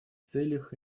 целях